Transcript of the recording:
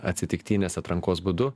atsitiktinės atrankos būdu